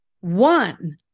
one